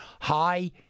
high